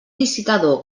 licitador